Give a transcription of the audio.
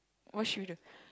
what should we do